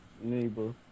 Neighbor